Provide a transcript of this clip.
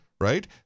right